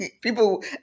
people